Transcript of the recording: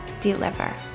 deliver